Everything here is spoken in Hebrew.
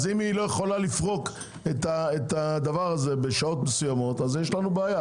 אם היא לא יכולה לפרוק את זה בשעות מסוימות יש לנו בעיה.